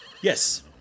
Yes